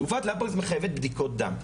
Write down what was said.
תרופת לפונקס, מחייבת בדיקות דם.